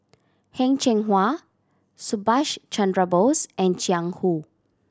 Heng Cheng Hwa Subhas Chandra Bose and Jiang Hu